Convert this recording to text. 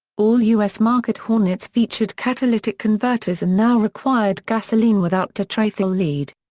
all u s. market hornets featured catalytic converters and now required gasoline without tetraethyl lead.